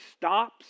stops